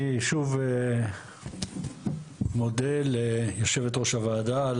אני שוב מודה ליושבת ראש הוועדה על